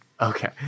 Okay